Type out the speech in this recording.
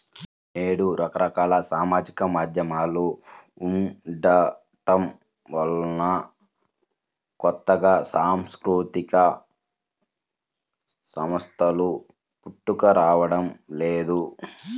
నేడు రకరకాల సామాజిక మాధ్యమాలు ఉండటం వలన కొత్తగా సాంస్కృతిక సంస్థలు పుట్టుకురావడం లేదు